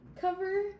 cover